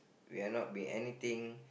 we are not being anything